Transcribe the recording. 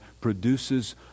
produces